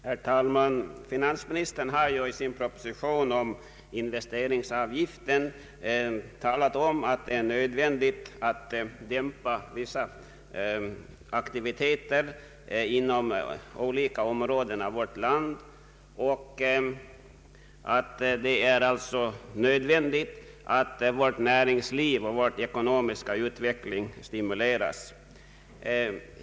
Herr talman! Finansministern har i sin proposition om investeringsavgiften talat om att det är nödvändigt att dämpa vissa aktiviteter inom olika områden av vårt land och att vårt näringsliv och vår ekonomiska utveckling stimuleras.